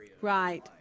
Right